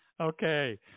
Okay